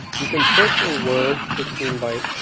you can push a word sixteen byte,